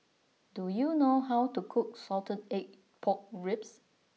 do you know how to cook Salted Egg Pork Ribs